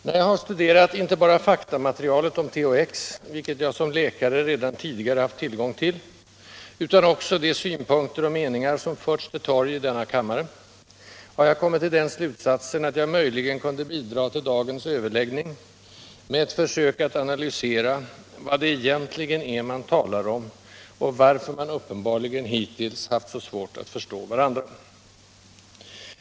När jag har studerat inte bara faktamaterialet om THX — vilket jag som läkare redan tidigare haft tillgång till — utan också de synpunkter och meningar som förts till torgs i denna kammare, har jag kommit till den slutsatsen, att jag möjligen kunde bidraga till dagens överläggning med ett försök att analysera vad det egentligen är man talar om och varför man uppenbarligen hittills haft så svårt att förstå varandra.